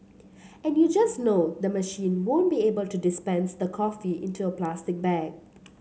and you just know the machine won't be able to dispense the coffee into a plastic bag